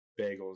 Bagels